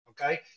Okay